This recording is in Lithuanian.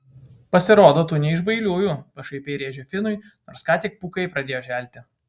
pasirodo tu ne iš bailiųjų pašaipiai rėžė finui nors ką tik pūkai pradėjo želti